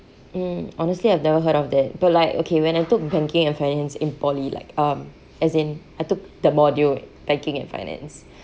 um honestly I've never heard of that but like okay when I took banking and finance in poly like um as in I took the module banking and finance